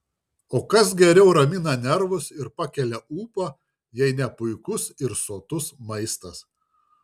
o kas geriau ramina nervus ir pakelia ūpą jei ne puikus ir sotus maistas